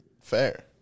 fair